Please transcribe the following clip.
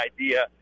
idea